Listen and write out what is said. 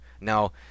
Now